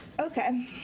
Okay